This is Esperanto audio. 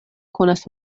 konas